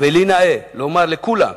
ולי נאה לומר לכולם,